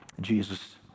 Jesus